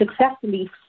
successfully